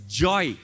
joy